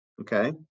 okay